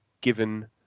given